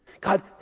God